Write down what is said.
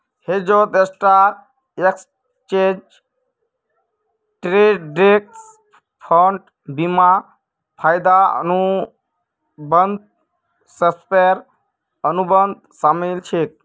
हेजत stock, exchange traded fund, बीमा, वायदा अनुबंध, स्वैप, अनुबंध शामिल छेक